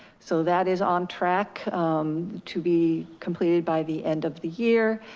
so that is on track to be completed by the end of the year.